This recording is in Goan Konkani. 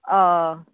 होय